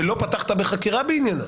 ולא פתחת בחקירה בעניינה.